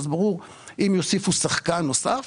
ברור שאם יוסיפו שחקן נוסף,